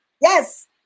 yes